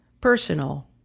personal